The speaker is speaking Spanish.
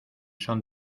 son